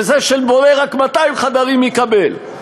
וזה שבונה רק 200 חדרים יקבל?